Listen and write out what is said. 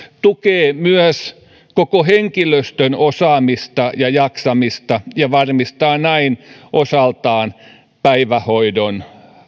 tukee myös koko henkilöstön osaamista ja jaksamista ja varmistaa näin osaltaan päivähoidon